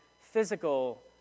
physical